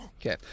Okay